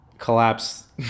Collapse